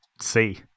see